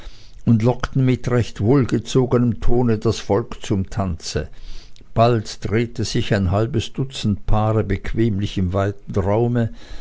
und lockten mit recht wohlgezogenem tone das volk zum tanze bald drehte sich ein halbes dutzend paare bequemlich im weiten raume